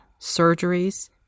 surgeries